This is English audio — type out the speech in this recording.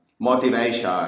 motivation